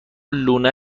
لونه